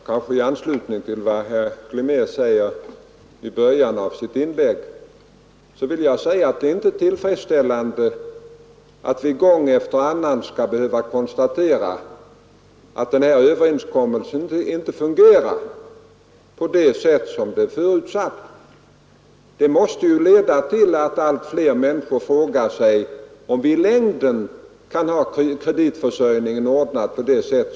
Herr talman! Jag kanske i anslutning till vad herr Glimnér framhöll i början av sitt inlägg kan få säga att det inte är tillfredsställande att vi gång efter annan skall behöva konstatera att den här överenskommelsen inte fungerar på det sätt som är förutsatt. Det måste ju leda till att allt fler människor frågar sig om vi i längden kan ha kreditförsörjningen ordnad på detta sätt.